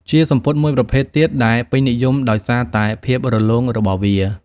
ជាសំពត់មួយប្រភេទទៀតដែលពេញនិយមដោយសារតែភាពរលោងរបស់វា។